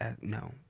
No